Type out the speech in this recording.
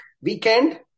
weekend